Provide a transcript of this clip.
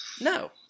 no